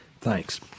Thanks